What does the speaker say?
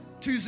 Tuesday